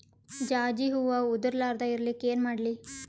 ಜಾಜಿ ಹೂವ ಉದರ್ ಲಾರದ ಇರಲಿಕ್ಕಿ ಏನ ಮಾಡ್ಲಿ?